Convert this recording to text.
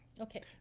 Okay